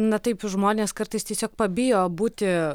na taip žmonės kartais tiesiog pabijo būti